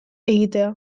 egitea